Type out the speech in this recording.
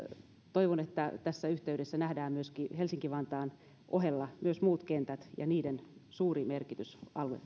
toivon että tässä yhteydessä nähdään helsinki vantaan ohella myös muut kentät ja niiden suuri merkitys